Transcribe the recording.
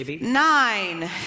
Nine